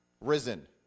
risen